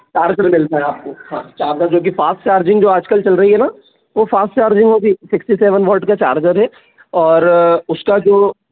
साथ में मिलता है आपको हाँ चार्जर जो कि फ़ास्ट चार्जिंग जो आजकल चल रही है ना वो फ़ास्ट चार्जिंग वो सिक्सटी सेवन वाट का चार्जर है और उसका जो